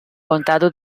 condado